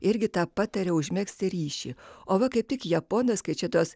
irgi tą pataria užmegzti ryšį o va kaip tik japonas kai čia tos